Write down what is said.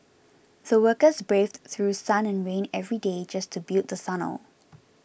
the workers braved through sun and rain every day just to build the tunnel